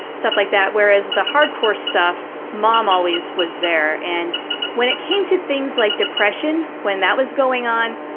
stuff like that, whereas the hard-core stuff, mom always was there. and when it came to things like depression, when that was going on,